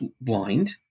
blind